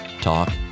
Talk